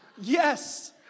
Yes